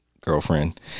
Girlfriend